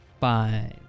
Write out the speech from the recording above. Five